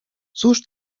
cóż